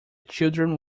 children